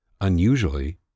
unusually